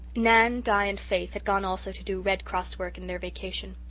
nan, di and faith had gone also to do red cross work in their vacation.